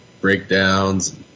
breakdowns